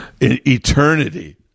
eternity